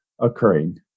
occurring